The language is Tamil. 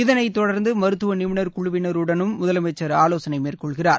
இதனைத் தொடர்ந்து மருத்துவ நிபுணர் குழுவினருடனும் முதலமைச்சர் ஆவோசனை மேற்கொள்கிறார்